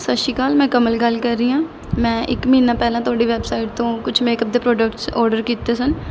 ਸਤਿ ਸ਼੍ਰੀ ਅਕਾਲ ਮੈਂ ਕਮਲ ਗੱਲ ਕਰ ਰਹੀ ਹਾਂ ਮੈਂ ਇੱਕ ਮਹੀਨਾ ਪਹਿਲਾਂ ਤੁਹਾਡੀ ਵੈੱਬਸਾਈਟ ਤੋਂ ਕੁਛ ਮੇਕਅਪ ਦੇ ਪ੍ਰੋਡਕਟਸ ਔਡਰ ਕੀਤੇ ਸਨ